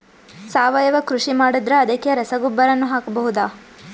ಸಾವಯವ ಕೃಷಿ ಮಾಡದ್ರ ಅದಕ್ಕೆ ರಸಗೊಬ್ಬರನು ಹಾಕಬಹುದಾ?